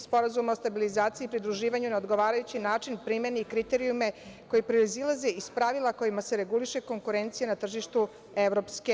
Sporazuma o stabilizaciji i pridruživanju na odgovarajući način primeni kriterijume koje proizilaze iz pravila kojima se reguliše konkurencija na tržištu EU.